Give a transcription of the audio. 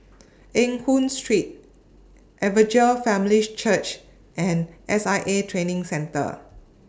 Eng Hoon Street Evangel Families Church and S I A Training Centre